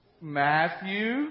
Matthew